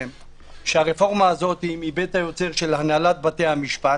הרפורמה היא מבית היוצר של הנהלת בית המשפט